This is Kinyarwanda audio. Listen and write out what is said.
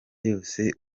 yose